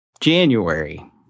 January